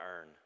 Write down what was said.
earn